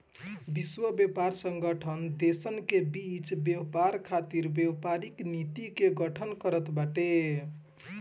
विश्व व्यापार संगठन देसन के बीच व्यापार खातिर व्यापारिक नीति के गठन करत बाटे